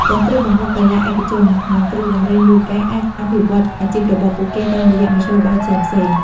ទាំងគ្រូបង្វឹកកីឡាឯកជន និងគ្រូបង្រ្រៀនយូហ្គាអាចអភិវឌ្ឍអាជីពរបស់ពួកគេតាមរយៈមធ្យោបាយផ្សេងៗ។